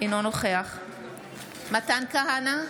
אינו נוכח מתן כהנא,